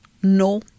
no